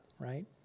right